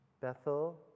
bethel